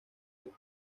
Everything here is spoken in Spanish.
del